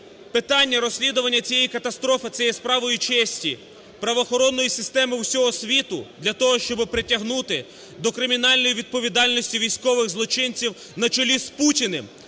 питання розслідування цієї катастрофи – це є справою честі правоохоронної системи всього світу для того, щоб притягнути до кримінальної відповідальності військових злочинців на чолі з Путіним,